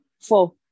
Four